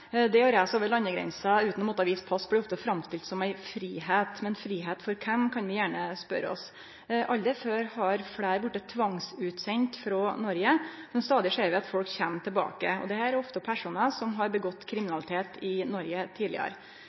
Det å reise over landegrensa utan å måtte vise pass blir ofte framstilt som ei friheit, men friheit for kven, kan vi gjerne spørje oss. Aldri før har fleire vorte tvangsutsende frå Noreg, men stadig ser vi at folk kjem tilbake. Dette er ofte personar som har utført kriminalitet i Noreg tidlegare.